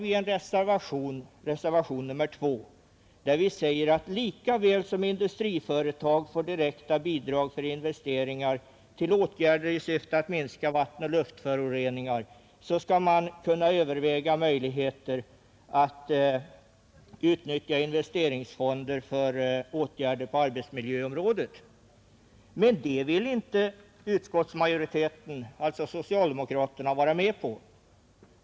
I reservationen 2 säger vi att lika väl som industriföretag får direkta bidrag till investeringar till åtgärder i syfte att minska vattenoch luftföroreningar, skulle man kunna överväga möjligheterna t.ex. att i ökad utsträckning utnyttja investeringsfonder för åtgärder på arbetsmiljöområdet. Men det vill inte utskottsmajoriteten, alltså socialdemokraterna, vara med på.